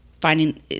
finding